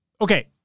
Okay